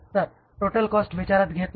तर total cost विचारात घेत नाही